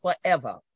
forever